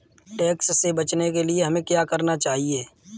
Tax से बचने के लिए हमें क्या करना चाहिए?